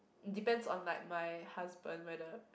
depends on like my husband whether